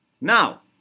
Now